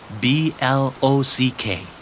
B-L-O-C-K